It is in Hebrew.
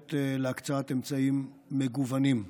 נערכת להקצאת אמצעים מגוונים.